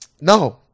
No